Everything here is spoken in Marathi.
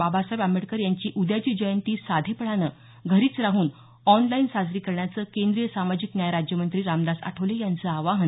बाबासाहेब आंबेडकर यांची उद्याची जयंती साधेपणानं घरीच राहून ऑनलाईन साजरी करण्याचं केंद्रीय सामाजिक न्याय राज्यमंत्री रामदास आठवले यांच आवाहन